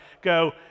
go